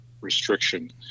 restriction